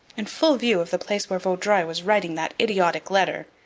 in full view of the place where vaudreuil was writing that idiotic letter,